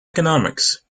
economics